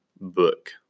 book